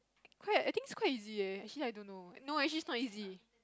quite I I think it's quite easy eh actually I don't know no actually it's not easy